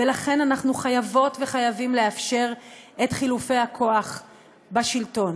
ולכן אנחנו חייבות וחייבים לאפשר את חילופי הכוח בשלטון.